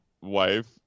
wife